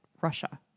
Russia